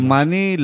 Money